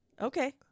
Okay